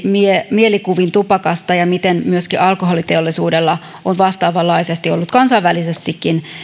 mielikuviin tupakasta ja miten myöskin alkoholiteollisuudella on vastaavanlaisesti ollut kansainvälisessäkin